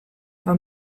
eta